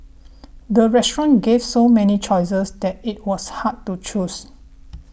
the restaurant gave so many choices that it was hard to choose